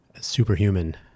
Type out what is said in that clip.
superhuman